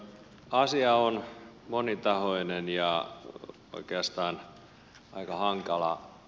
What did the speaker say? asia on monitahoinen ja oikeastaan aika hankala